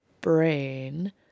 brain